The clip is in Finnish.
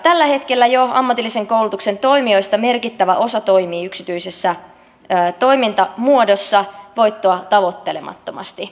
tällä hetkellä jo ammatillisen koulutuksen toimijoista merkittävä osa toimii yksityisessä toimintamuodossa voittoa tavoittelemattomasti